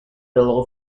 below